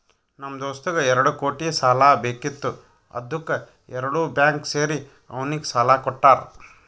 ನಮ್ ದೋಸ್ತಗ್ ಎರಡು ಕೋಟಿ ಸಾಲಾ ಬೇಕಿತ್ತು ಅದ್ದುಕ್ ಎರಡು ಬ್ಯಾಂಕ್ ಸೇರಿ ಅವ್ನಿಗ ಸಾಲಾ ಕೊಟ್ಟಾರ್